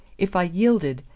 if i yielded,